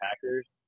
Packers